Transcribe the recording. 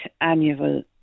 Annual